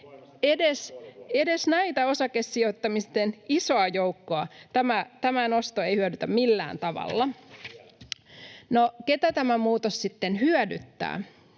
Edes tätä osakesijoittamisten isoa joukkoa tämä nosto ei hyödytä millään tavalla. [Pauli Kiuru: Ei vielä!]